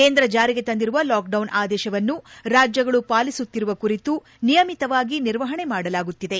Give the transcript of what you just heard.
ಕೇಂದ್ರ ಜಾರಿಗೆ ತಂದಿರುವ ಲಾಕ್ಡೌನ್ ಆದೇಶವನ್ನು ರಾಜ್ಜಗಳು ಪಾಲಿಸುತ್ತಿರುವ ಕುರಿತು ನಿಯಮಿತವಾಗಿ ನಿರ್ವಹಣೆ ಮಾಡಲಾಗುತ್ತಿದೆ